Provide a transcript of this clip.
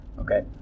okay